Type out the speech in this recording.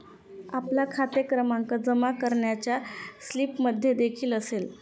आपला खाते क्रमांक जमा करण्याच्या स्लिपमध्येदेखील असेल